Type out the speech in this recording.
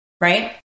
right